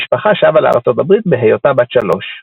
המשפחה שבה לארצות הברית בהיותה בת שלוש.